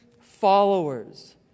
followers